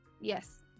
Yes